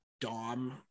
dom